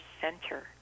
center